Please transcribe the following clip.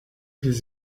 his